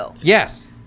Yes